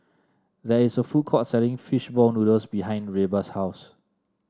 there is a food court selling fish ball noodles behind Reba's house